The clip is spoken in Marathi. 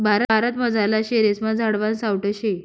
भारतमझारला शेरेस्मा झाडवान सावठं शे